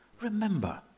Remember